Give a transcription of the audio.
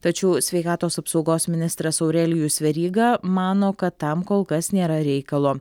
tačiau sveikatos apsaugos ministras aurelijus veryga mano kad tam kol kas nėra reikalo